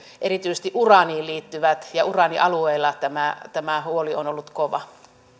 erityisesti uraaniin liittyen ja uraanialueilla tämä tämä huoli on ollut kova